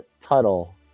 Tuttle